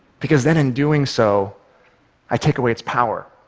because then in doing so i take away its power,